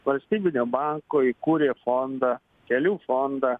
valstybinio banko įkūrė fondą kelių fondą